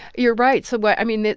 you're right. so but i mean,